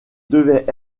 devait